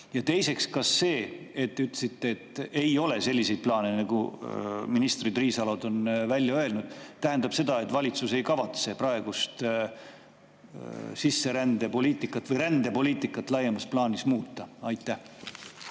Ja teiseks, kas see, et te ütlesite, et ei ole selliseid plaane, nagu ministrid Riisalod on välja öelnud, tähendab seda, et valitsus ei kavatse praegust sisserändepoliitikat või rändepoliitikat laiemas plaanis muuta? Aitäh!